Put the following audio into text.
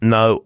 no